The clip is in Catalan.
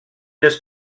les